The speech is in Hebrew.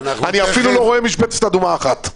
אני אפילו לא רואה משבצת אדומה אחת.